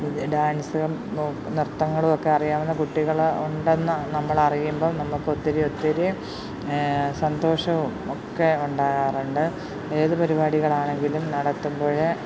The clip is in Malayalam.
ഡാൻസും നൃത്തങ്ങളുമൊക്കെ അറിയാവുന്ന കുട്ടികൾ ഉണ്ടെന്ന് നമ്മൾ അറിയുമ്പം നമ്മൾക്ക് ഒത്തിരി ഒത്തിരി സന്തോഷവും ഒക്കെ ഉണ്ടാകാറുണ്ട് ഏത് പരിപാടികൾ ആണെങ്കിലും നടത്തുമ്പോൾ